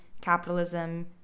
capitalism